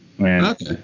Okay